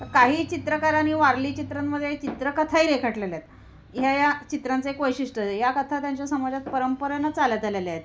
तर काही चित्रकारांनी वारली चित्रांमध्ये चित्रकथाही रेखाटलेल्या आहेत ह्या या चित्रांचं एक वैशिष्ट या कथा त्यांच्या समाजात परंपरेनं चालत आलेल्या आहेत